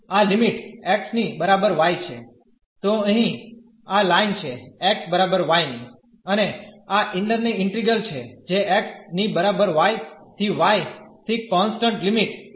તો અહીં આ લાઈન છે x બરાબર y ની અને આ ઇન્નર ની ઇન્ટીગ્રલ છે જે x ની બરાબર y થી y થી કોન્સટન્ટ લિમિટ a સુધી